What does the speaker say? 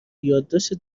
یادداشت